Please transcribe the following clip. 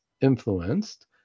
influenced